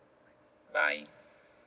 bye